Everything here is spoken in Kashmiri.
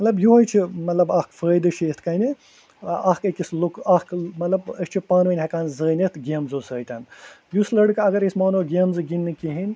مطلب یِہوے چھُ مطلب اکھ فٲیدٕ چھُ یِتھ کٔنۍ نہِ اکھ أکِس لُک اکھ مطلب أسۍ چھِ پانہٕ ؤنۍ ہٮ۪کان زٲنِتھ گیمزن سۭتۍ یُس لڑکہٕ اگر أسۍ مانو گیمہٕ زٕ گنٛدِنہٕ کِہیٖنۍ